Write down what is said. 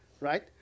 right